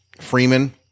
Freeman